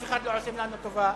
אף אחד לא עושה לנו טובה.